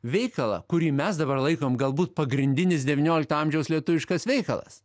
veikalą kurį mes dabar laikom galbūt pagrindinis devyniolikto amžiaus lietuviškas veikalas